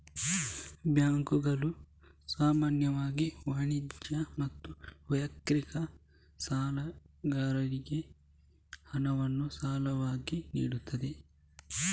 ಬ್ಯಾಂಕುಗಳು ಸಾಮಾನ್ಯ, ವಾಣಿಜ್ಯ ಮತ್ತು ವೈಯಕ್ತಿಕ ಸಾಲಗಾರರಿಗೆ ಹಣವನ್ನು ಸಾಲವಾಗಿ ನೀಡುತ್ತವೆ